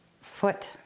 foot